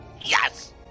yes